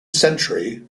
century